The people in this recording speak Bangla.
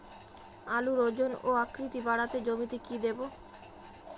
আলুর ওজন ও আকৃতি বাড়াতে জমিতে কি দেবো?